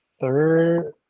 third